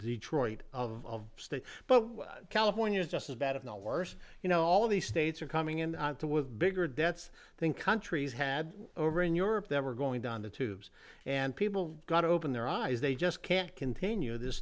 detroit of state but california is just as bad if not worse you know all these states are coming in to with bigger debts think countries had over in europe that were going down the tubes and people got to open their eyes they just can't continue this